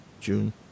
June